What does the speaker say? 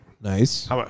Nice